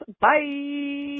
Bye